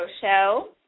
show